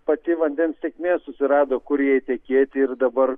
pati vandens tėkmė susirado kur jai tekėti ir dabar